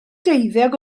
deuddeg